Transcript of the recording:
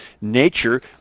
Nature